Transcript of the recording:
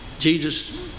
Jesus